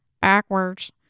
backwards